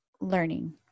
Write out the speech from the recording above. learning